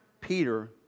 Peter